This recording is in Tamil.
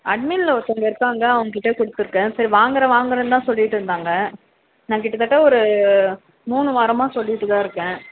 அட்மினில் ஒருத்தங்க இருக்காங்க அவங்கள் கிட்ட கொடுத்துருக்கேன் சரி வாங்குகிறேன் வாங்குகிறேன் தான் சொல்லிட்டிருந்தாங்க நான் கிட்டத்தட்ட ஒரு மூணு வாரமாக சொல்லிகிட்டு தான் இருக்கேன்